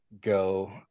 go